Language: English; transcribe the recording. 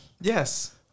Yes